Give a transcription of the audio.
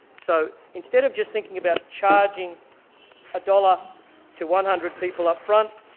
so instead of just thinking about charging a dollar to one hundred people upfront,